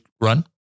run